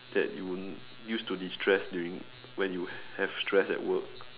that you use to destress during when you have stress at work